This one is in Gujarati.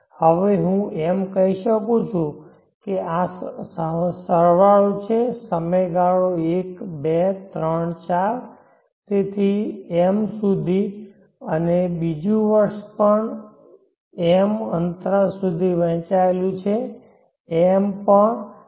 હવે હું એમ કહી શકું છું કે આ સરવાળો છે સમયગાળો 1234 તેથી m સુધી અને બીજું વર્ષ પણ m અંતરાલ સુધી વહેંચાયેલું છે m પણ m